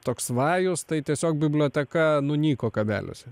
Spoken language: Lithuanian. toks vajus tai tiesiog biblioteka nunyko kabeliuose